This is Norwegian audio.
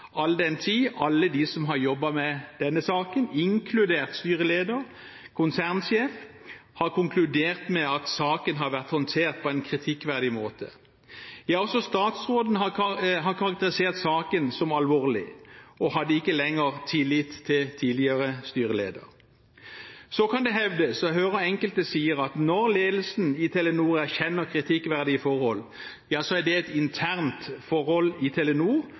all den tid alle som har jobbet med denne saken, inkludert styreleder og konsernsjef, har konkludert med at saken har vært håndtert på en kritikkverdig måte. Også statsråden har karakterisert saken som alvorlig og hadde ikke lenger tillit til tidligere styreleder. Så kan det hevdes, og jeg hører enkelte sier, at når ledelsen i Telenor erkjenner kritikkverdige forhold, er det et internt forhold i